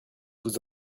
vous